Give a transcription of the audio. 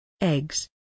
Eggs